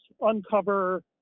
uncover